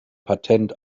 patent